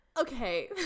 Okay